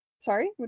sorry